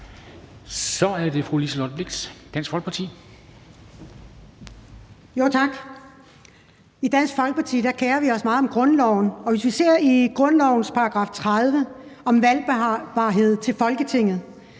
Så er det fru Liselott Blixt, Dansk Folkeparti. Kl. 13:42 Liselott Blixt (DF): Tak. I Dansk Folkeparti kerer vi os meget om grundloven, og hvis vi kigger på grundlovens § 30 om valgbarhed til Folketinget,